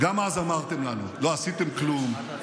גם אז אמרתם לנו: לא עשיתם כלום,